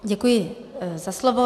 Děkuji za slovo.